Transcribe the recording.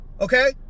Okay